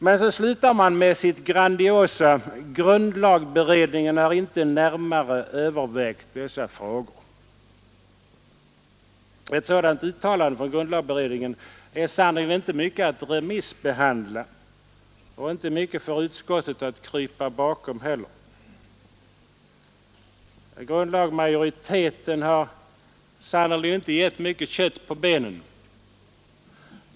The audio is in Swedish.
Men så slutar man med sitt grandiosa: ”Grundlagberedningen har inte närmare övervägt dessa frågor.” Ett sådant uttalande från grundlagberedningen är sannerligen inte mycket att remissbehandla och inte heller mycket för utskottet att krypa bakom. Majoriteten i grundlagberedningen har inte gett kött på benen.